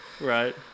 right